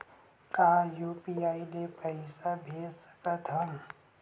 का यू.पी.आई ले पईसा भेज सकत हन?